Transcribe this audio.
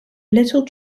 little